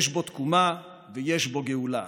יש בו תקומה ויש בו גאולה.